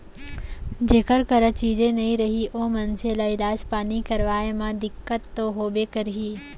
जेकर करा चीजे नइ रही ओ मनसे ल इलाज पानी करवाय म दिक्कत तो होबे करही